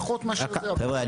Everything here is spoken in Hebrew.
פחות מאשר --- חבר'ה,